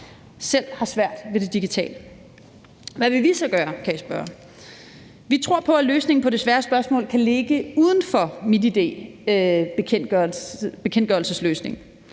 selv har svært ved det digitale. Kl. 16:46 Hvad vil vi så gøre, kan I spørge om? Vi tror på, at løsningen på det svære spørgsmål kan ligge uden for MitID-bekendtgørelsesløsningen,